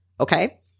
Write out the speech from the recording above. Okay